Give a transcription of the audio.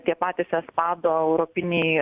tie patys espado europiniai